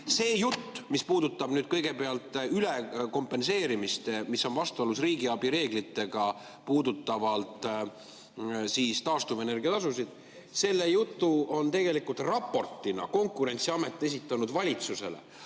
See jutt, mis puudutab nüüd kõigepealt ülekompenseerimist, mis on vastuolus riigiabi reeglitega puudutavalt siis taastuvenergia tasusid – selle jutu on tegelikult raportina Konkurentsiamet esitanud valitsusele.